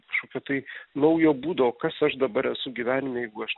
kažkokio tai naujo būdo kas aš dabar esu gyvenime jeigu aš